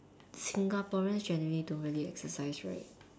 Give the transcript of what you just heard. Singaporeans generally don't really exercise right